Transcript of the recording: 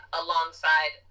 alongside